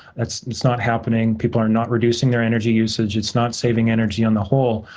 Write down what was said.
it's it's not happening. people are not reducing their energy usage. it's not saving energy on the whole.